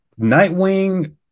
Nightwing